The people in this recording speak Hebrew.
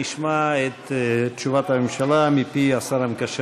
נשמע את תשובת הממשלה מפי השר המקשר